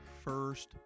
first